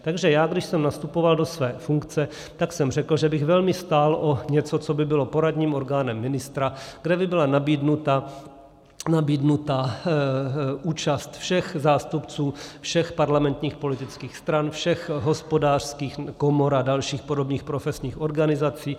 Takže když jsem nastupoval do své funkce, tak jsem řekl, že bych velmi stál o něco, co by bylo poradním orgánem ministra, kde by byla nabídnuta účast všech zástupců všech parlamentních politických stran, všech hospodářských komor a dalších podobných profesních organizací.